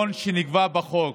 בהתאם למנגנון שנקבע בחוק,